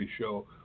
show